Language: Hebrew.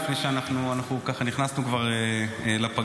אנחנו ככה נכנסנו כבר לפגרה,